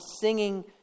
singing